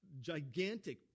gigantic